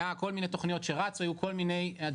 היו כל מיני תכניות שרצו,